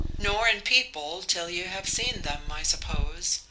nor in people till you have seen them, i suppose,